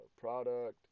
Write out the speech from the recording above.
product